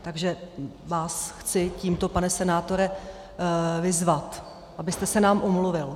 Takže vás chci tímto, pane senátore, vyzvat, abyste se nám omluvil.